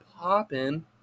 popping